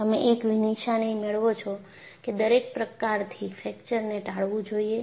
તમે એક નિશાની મેળવો છો કે દરેક પ્રકારથી ફ્રેક્ચર ને ટાળવું જોઈએ